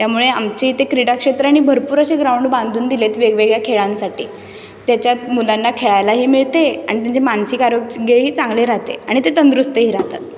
त्यामुळे आमच्या इथे क्रीडा क्षेत्राने भरपूर असे ग्राउंड बांधून दिले आहेत वेगवेगळ्या खेळांसाठी त्याच्यात मुलांना खेळायला ही मिळते आणि त्यांचे मानसिक आरोग्सग्य ही चांगले राहते आणि ते तंदुरुस्त ही राहतात